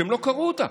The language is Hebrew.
שהם לא קראו אותה.